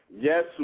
Yes